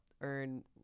earn